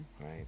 Right